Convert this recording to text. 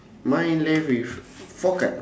mine left with four card